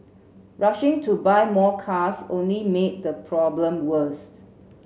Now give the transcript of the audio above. rushing to buy more cars only made the problem worst